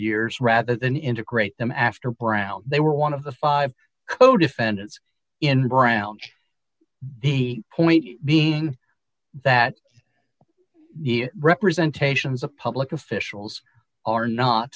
years rather than integrate them after brown they were one of the five co defendants in brown the point being that representation is a public officials are not